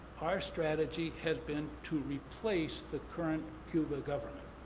our strategy has been to replace the current cuba government.